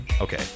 okay